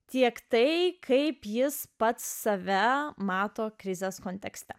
tiek tai kaip jis pats save mato krizės kontekste